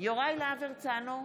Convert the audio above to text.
יוראי להב הרצנו,